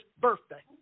birthday